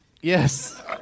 Yes